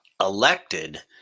elected